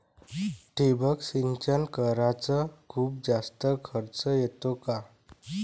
ठिबक सिंचन कराच खूप जास्त खर्च येतो का?